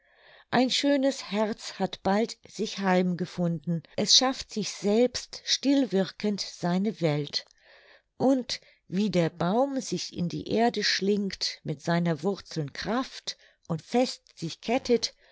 ein schönes herz hat bald sich heim gefunden es schafft sich selbst still wirkend seine welt und wie der baum sich in die erde schlingt mit seiner wurzeln kraft und fest sich kettet